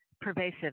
pervasive